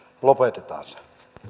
lopetetaan se